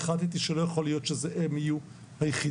החלטתי שלא יכול להיות שהן יהיו היחידות,